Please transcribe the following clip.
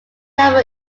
number